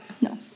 no